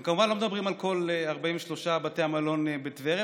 הם כמובן לא מדברים על כל 43 בתי המלון בטבריה,